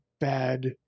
bad